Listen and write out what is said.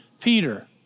Peter